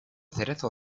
cerezo